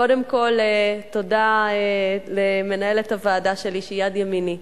קודם כול תודה למנהלת הוועדה שלי, שהיא יד ימיני,